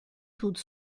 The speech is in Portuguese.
tudo